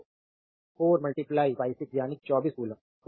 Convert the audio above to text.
तो 4 6 यानि कि 24 कौलम्ब